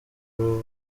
ubu